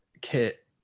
kit